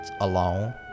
alone